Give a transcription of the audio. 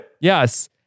Yes